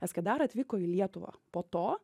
eskedar atvyko į lietuvą po to